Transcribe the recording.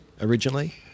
originally